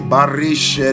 Barish